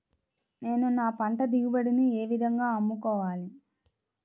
నేను నా పంట దిగుబడిని ఏ విధంగా అమ్ముకోవాలి?